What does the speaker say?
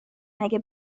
مگه